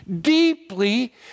deeply